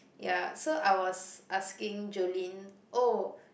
ya so I was asking Jolene oh